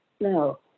No